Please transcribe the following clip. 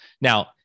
Now